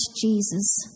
Jesus